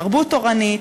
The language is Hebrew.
תרבות תורנית,